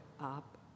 up